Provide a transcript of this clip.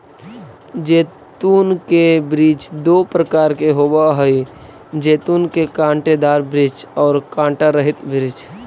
जैतून के वृक्ष दो प्रकार के होवअ हई जैतून के कांटेदार वृक्ष और कांटा रहित वृक्ष